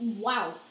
wow